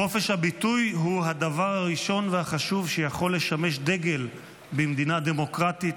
חופש הביטוי הוא הדבר הראשון והחשוב שיכול לשמש דגל במדינה דמוקרטית,